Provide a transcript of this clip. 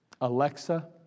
Alexa